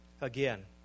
Again